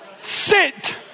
Sit